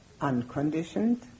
unconditioned